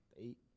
Eight